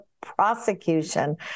prosecution